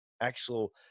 actual